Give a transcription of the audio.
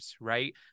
right